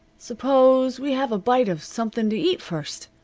suppose we have a bite of something to eat first,